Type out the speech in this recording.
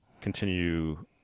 continue